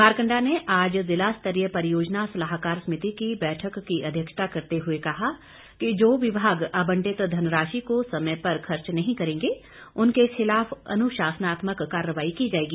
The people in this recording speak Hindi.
मारकंडा ने आज जिला स्तरीय परियोजना सलाहकार समिति की बैठक की अध्यक्षता करते हुए कहा कि जो विभाग आबंटित धनराशि को समय पर खर्च नहीं करेंगे उनके खिलाफ अनुशासनात्मक कार्रवाई की जाएगी